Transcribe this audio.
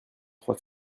trois